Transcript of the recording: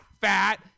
fat